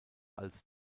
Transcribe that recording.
als